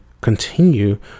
continue